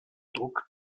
druck